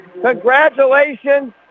Congratulations